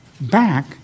back